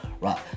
Right